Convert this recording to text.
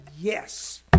yes